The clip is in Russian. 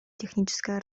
техническое